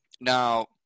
Now